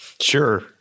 Sure